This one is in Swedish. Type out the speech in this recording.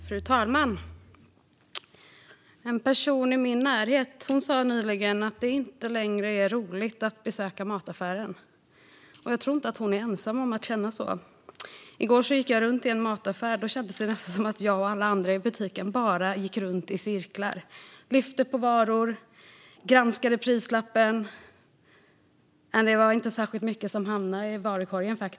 Fru talman! En person i min närhet sa nyligen att det inte längre är roligt att besöka mataffären. Jag tror inte att hon är ensam om att känna så. I går gick jag runt i en mataffär. Det kändes nästan som att jag och alla andra i butiken bara gick runt i cirklar, lyfte på varor och granskade prislappar. Men det var inte särskilt mycket som hamnade i varukorgen.